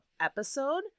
episode